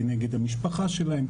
כנגד המשפחה שלהם,